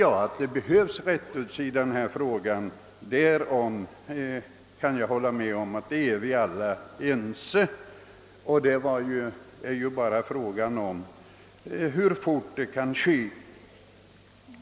Att förhållandet behöver rättas till, därom är alla ense, och frågan är bara hur fort det kan ske.